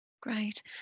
Great